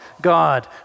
God